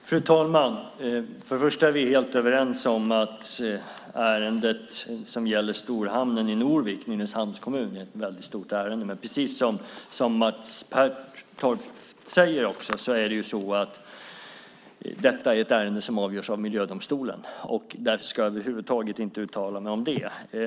Fru talman! Först är vi helt överens om att ärendet som gäller storhamnen Norvik i Nynäshamns kommun är ett väldigt stort ärende. Men precis som Mats Pertoft säger är det ett ärende som avgörs av Miljödomstolen, och därför ska jag över huvud taget inte uttala mig om det.